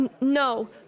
no